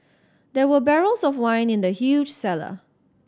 there were barrels of wine in the huge cellar